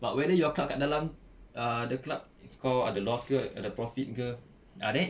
but whether your club kat dalam ah the club kau ada loss ke ada profit ke ah there it